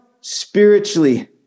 spiritually